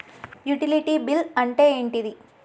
Utility bill అంటే ఏంటిది?